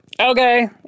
Okay